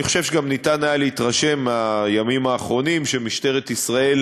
אני חושב שגם היה אפשר להתרשם מהימים האחרונים שמשטרת ישראל